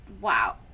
Wow